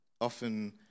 often